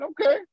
Okay